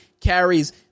carries